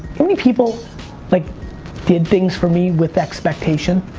how many people like did things for me with expectation?